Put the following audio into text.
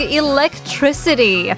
electricity